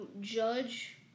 judge